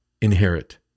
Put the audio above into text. inherit